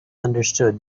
understood